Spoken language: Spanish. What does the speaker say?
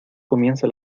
comienza